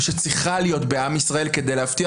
ושצריכה להיות בעם ישראל כדי להבטיח